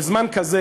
בזמן כזה,